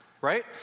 right